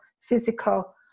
physical